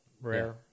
rare